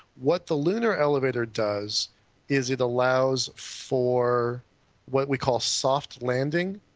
what the lunar elevator does is it allows for what we call soft landing.